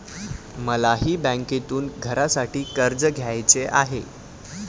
मलाही बँकेतून घरासाठी कर्ज घ्यायचे आहे